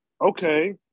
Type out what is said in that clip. okay